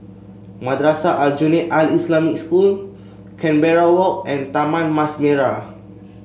Madrasah Aljunied Al Islamic School Canberra Walk and Taman Mas Merah